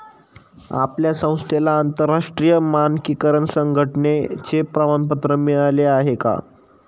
आपल्या संस्थेला आंतरराष्ट्रीय मानकीकरण संघटने चे प्रमाणपत्र मिळाले आहे का?